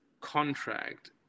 contract